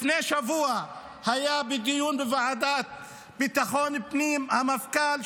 לפני שבוע היה בדיון בוועדת ביטחון פנים המפכ"ל,